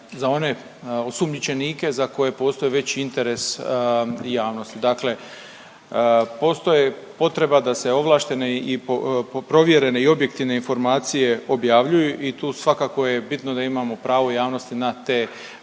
za one osumnjičenike za koje postoji veći interes javnosti. Dakle, postoji potreba da se ovlaštene, provjerene i objektivne informacije objavljuju i tu svakako je bitno da imamo pravo javnosti na te